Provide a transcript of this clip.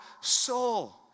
soul